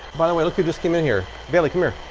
by the way, look who just came in here. bailey come here.